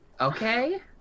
Okay